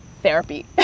therapy